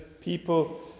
people